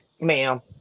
ma'am